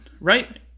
right